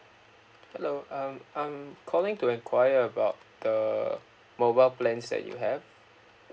hello um I'm calling to enquire about the mobile plans that you have